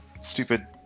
stupid